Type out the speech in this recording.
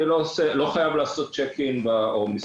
אני לא חייב לעשות צ'ק אין בכניסה,